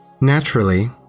Naturally